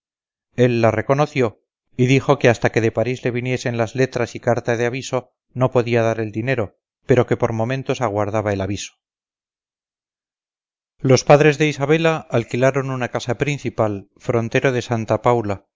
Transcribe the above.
la reconoció y dijo que hasta que de parís le viniesen las letras y carta de aviso no podía dar el dinero pero que por momentos aguardaba el aviso los padres de isabela alquilaron una casa principal frontero de santa paula